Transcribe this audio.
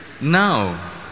now